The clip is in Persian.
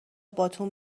باتوم